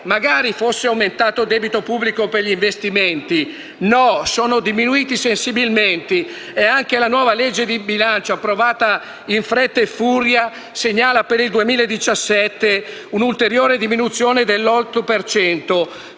infatti, fosse aumentato il debito pubblico per gli investimenti: no, sono diminuiti sensibilmente ed anche la nuova legge di bilancio, approvata in fretta e furia, segnala per il 2017 un'ulteriore diminuzione dell'8